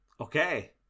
Okay